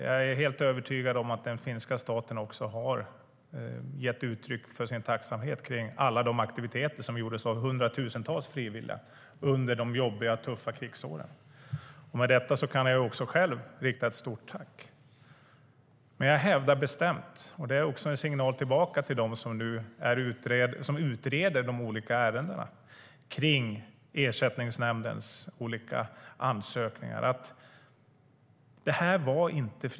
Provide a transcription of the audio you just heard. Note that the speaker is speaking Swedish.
Jag är helt övertygad om att den finska staten också har gett uttryck för sin tacksamhet för alla de aktiviteter som gjordes av hundratusentals frivilliga under de jobbiga och tuffa krigsåren. Med detta kan jag också själv rikta ett stort tack. Jag hävdar dock bestämt att detta inte var frivilligt. Det är också en signal tillbaka till dem som nu utreder de olika ärendena om Ersättningsnämndens ansökningar.